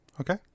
Okay